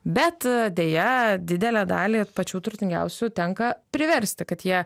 bet deja didelę dalį pačių turtingiausių tenka priversti kad jie